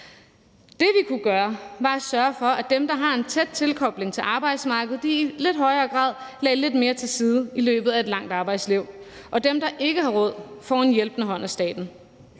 Det, vi kunne gøre, var at sørge for, at dem, der har en tæt tilknytning til arbejdsmarkedet, i lidt højere grad lagde lidt mere til side i løbet af et langt arbejdsliv, og at dem, der ikke har råd, fik en hjælpende hånd af staten.